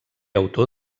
autor